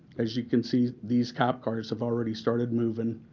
as you can see, these cop cars have already started moving.